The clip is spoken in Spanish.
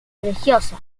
religiosa